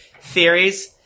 theories